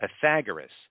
Pythagoras